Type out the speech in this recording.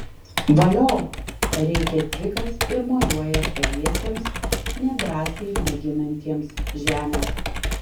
valio rėkia dzikas ir mojuoja saviesiems nedrąsiai mėginantiems žemę